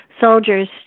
soldiers